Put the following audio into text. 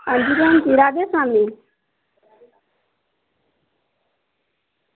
आं जी तुस कु'न होंदे राधा स्वामी